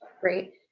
Great